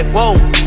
Whoa